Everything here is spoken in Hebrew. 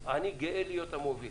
אני גאה להיות המוביל.